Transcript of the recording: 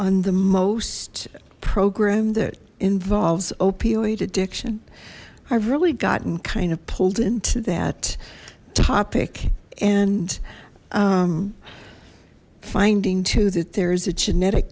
on the most program that involves opioid addiction i've really gotten kind of pulled into that topic and finding too that there is a genetic